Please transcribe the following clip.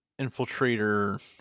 Infiltrator